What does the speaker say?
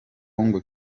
ngo